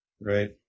Right